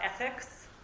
ethics